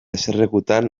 eserlekutan